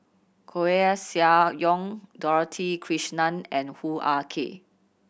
Koeh Sia Yong Dorothy Krishnan and Hoo Ah Kay